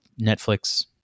Netflix